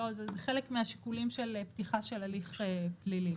זה חלק מהשיקולים של פתיחה של הליך פלילי.